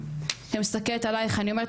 אני מסתכלת עלייך ואני אומרת,